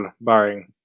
barring